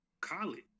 college